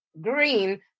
green